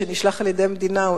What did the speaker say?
שנשלח על-ידי המדינה,